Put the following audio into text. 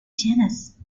genus